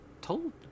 told